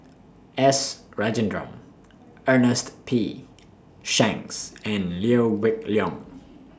S Rajendran Ernest P Shanks and Liew weak Leong